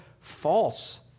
false